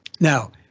Now